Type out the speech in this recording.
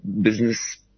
business